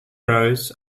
rose